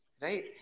right